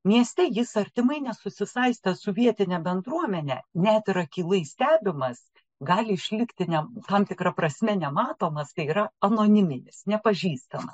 mieste jis artimai nesusisaistęs su vietine bendruomene net ir akylai stebimas gali išlikti ne tam tikra prasme nematomas kai yra anoniminis nepažįstamas